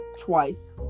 twice